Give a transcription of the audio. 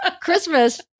Christmas